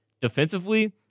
Defensively